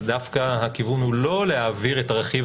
אז דווקא הכיוון הוא לא להעביר את הרכיב